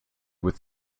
with